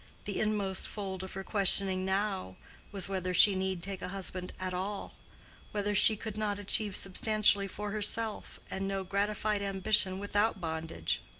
the inmost fold of her questioning now was whether she need take a husband at all whether she could not achieve substantially for herself and know gratified ambition without bondage.